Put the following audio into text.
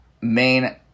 main